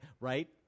right